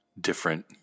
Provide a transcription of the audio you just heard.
different